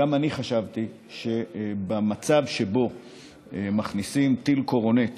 גם אני חשבתי שבמצב שבו מכניסים טיל קורנט